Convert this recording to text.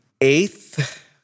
eighth